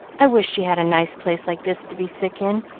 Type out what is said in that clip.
i wish she had a nice place like this to be sick in.